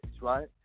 right